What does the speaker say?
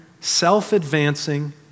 self-advancing